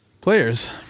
players